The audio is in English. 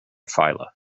phyla